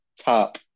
top